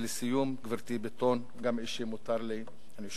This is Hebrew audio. ולסיום, גברתי, אם מותר לי, בטון אישי, בוודאי.